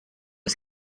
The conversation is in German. ist